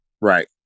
Right